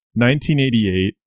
1988